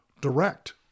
direct